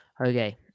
Okay